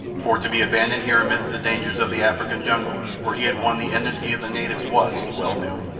for to be abandoned here amidst the dangers of the african jungle where he had won the enmity of the natives was, he well knew,